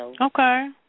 Okay